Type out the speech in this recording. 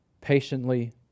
patiently